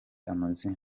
amazina